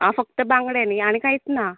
हां फक्त बांगडे नी आनी कांयच ना